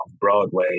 Broadway